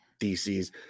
DCs